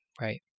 Right